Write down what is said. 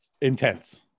intense